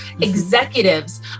executives